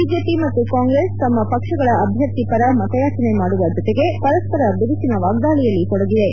BJP ಮತ್ತು ಕಾಂಗ್ರೆಸ್ ತಮ್ಮ ಪಕ್ಷಗಳ ಅಭ್ಲರ್ಥಿ ಪರ ಮತಯಾಚನೆ ಮಾಡುವ ಜೊತೆಗೆ ಪರಸ್ವರ ಬಿರುಸಿನ ವಾಗ್ಲಾಳಿಯಲ್ಲಿ ತೊಡಗಿವೆ